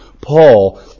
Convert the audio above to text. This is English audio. Paul